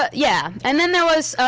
yeah yeah and then there was.